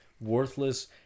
worthless